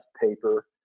paper